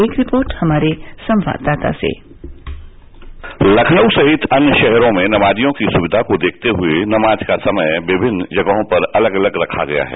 एक रिपोर्ट हमारे संवाददाता से लखनऊ सहित अन्य शहरों में नमाजियों की सुक्या को देखते हुए नमाज का समय अलग अलग रखा गया है